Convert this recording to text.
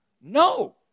No